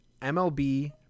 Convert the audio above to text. MLB